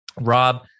Rob